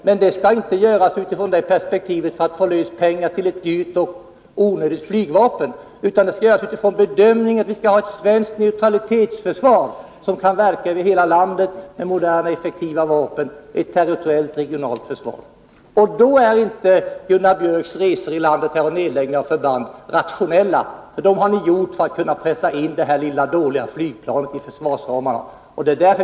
Men detta skall inte göras ur perspektivet att man skall få loss pengar till ett dyrt och onödigt flygplan, utan det skall göras utifrån bedömningen att vi skall ha ett svenskt neutralitetsförsvar som kan verka över hela landet med moderna och effektiva vapen, dvs. ett territoriellt regionalt försvar. Då är inte Gunnar Björks resor i landet för nedläggning av förband rationella, för ni har gjort dem för att kunna pressa in det här lilla dåliga flygplanet i försvarsramarna.